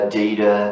data